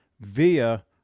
Via